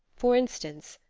for instance,